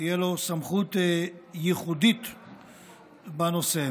תהיה סמכות ייחודית בנושא.